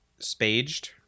spaged